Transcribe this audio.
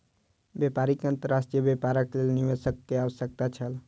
व्यापारी के अंतर्राष्ट्रीय व्यापारक लेल निवेशकक आवश्यकता छल